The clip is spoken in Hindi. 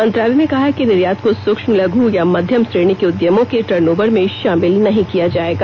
मंत्रालय ने कहा है कि निर्यात को सूक्ष्म लघु या मध्यम श्रेणी के उद्यमों के टर्नओवर में शामिल नहीं किया जाएगा